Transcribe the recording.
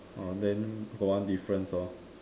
oh then got one difference hor